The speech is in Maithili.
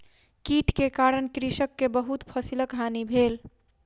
कीट के कारण कृषक के बहुत फसिलक हानि भेल